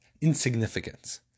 insignificance